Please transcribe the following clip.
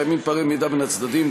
קיימים פערי מידע בין הצדדים,